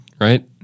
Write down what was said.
right